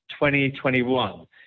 2021